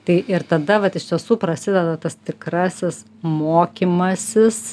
tai ir tada vat iš tiesų prasideda tas tikrasis mokymasis